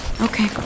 Okay